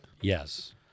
Yes